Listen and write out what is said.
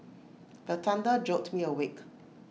the thunder jolt me awake